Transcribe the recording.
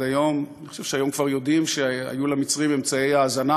היום כבר יודעים שהיו למצרים אמצעי האזנה,